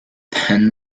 penn